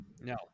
no